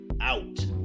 out